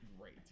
great